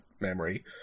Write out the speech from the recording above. memory